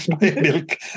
milk